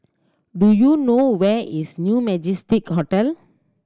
do you know where is New Majestic Hotel